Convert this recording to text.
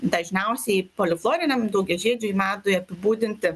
dažniausiai polifroliniam daugiažiedžiui medui apibūdinti